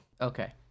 Okay